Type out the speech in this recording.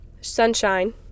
sunshine